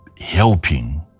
helping